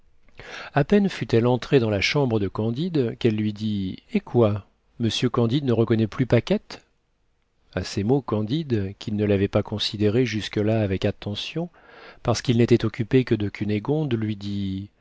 a peine fut-elle entrée dans la chambre de candide qu'elle lui dit eh quoi monsieur candide ne reconnaît plus paquette a ces mots candide qui ne l'avait pas considérée jusque-là avec attention parcequ'il n'était occupé que de cunégonde lui dit